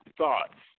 thoughts